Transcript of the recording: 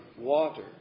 water